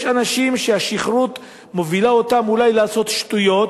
יש אנשים שהשכרות מובילה אותם אולי לעשות שטויות,